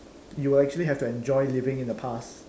you will actually have to enjoy living in the past